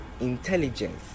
intelligence